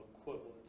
equivalent